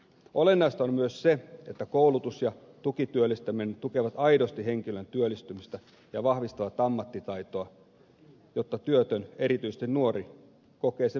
olennaista on myös se että koulutus ja tukityöllistäminen tukevat aidosti henkilön työllistymistä ja vahvistavat ammattitaitoa jotta työtön erityisesti nuori kokee sen mielekkääksi